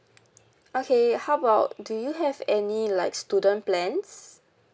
okay how about do you have any like student plans